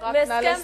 נא לסיים.